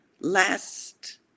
last